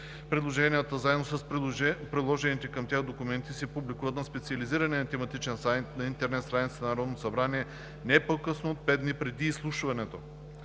Предложенията заедно с приложените към тях документи се публикуват на специализирания тематичен сайт на интернет страницата на Народното събрание не по-късно от 5 дни преди изслушването.